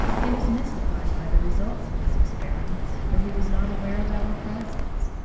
he was mystified by the results of his experiments, for he was not aware of our presence.